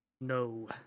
No